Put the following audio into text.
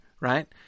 right